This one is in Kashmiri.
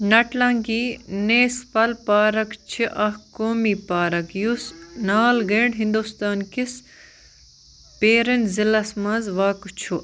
نٹلانٛگی نیسپل پارٕک چھِ اَکھ قومی پارٕک یُس ناگالینٛڈ ہنٛدوستان کِس پِیرَن ضِلعس منٛز واقعہٕ چھُ